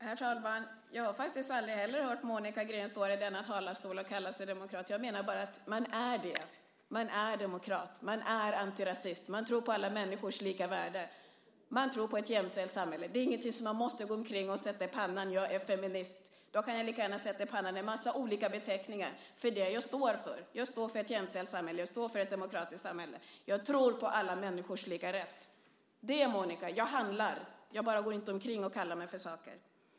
Herr talman! Jag har faktiskt aldrig heller hört Monica Green stå i denna talarstol och kalla sig demokrat. Jag menar bara att man är det. Man är demokrat. Man är antirasist. Man tror på alla människors lika värde. Man tror på ett jämställt samhälle. Det är ingenting man måste sätta i pannan: Jag är feminist. Då kan jag lika gärna sätta en massa olika beteckningar i pannan för det jag står för. Jag står för ett jämställt samhälle. Jag står för ett demokratiskt samhälle. Jag tror på alla människors lika rätt. Så är det, Monica. Jag handlar; jag går bara inte omkring och kallar mig för saker.